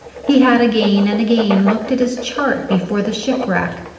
he had again and again looked at his chart before the shipwreck,